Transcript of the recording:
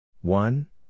one